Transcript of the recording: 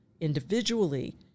individually